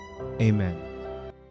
Amen